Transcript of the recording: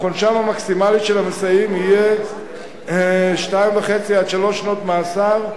אך עונשם המקסימלי של המסייעים יהיה שנתיים וחצי עד שלוש שנות מאסר,